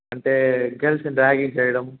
అంటే గల్స్ని ర్యాగ్గింగ్ చేయడం